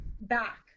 back